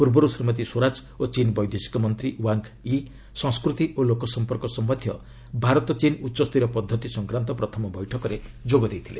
ପୂର୍ବରୁ ଶ୍ରୀମତୀ ସ୍ୱରାଜ ଓ ଚୀନ୍ ବୈଦେଶିକ ମନ୍ତ୍ରୀ ୱାଙ୍ଗ୍ ୟି ସଂସ୍କୃତି ଓ ଲୋକ ସମ୍ପର୍କ ସମ୍ଭନ୍ଧୀୟ ଭାରତ ଚୀନ୍ ଉଚ୍ଚସ୍ତରୀୟ ପଦ୍ଧତି ସଂକ୍ରାନ୍ତ ପ୍ରଥମ ବୈଠକରେ ଯୋଗ ଦେଇଥିଲେ